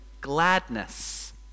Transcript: gladness